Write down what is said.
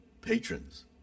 patrons